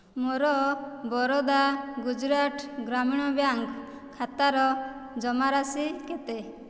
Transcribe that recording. ମୋର ବରୋଦା ଗୁଜୁରାଟ ଗ୍ରାମୀଣ ବ୍ୟାଙ୍କ ଖାତାର ଜମାରାଶି କେତେ